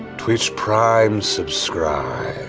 twitch prime subscribe.